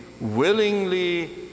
willingly